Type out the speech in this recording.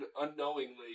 unknowingly